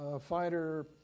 fighter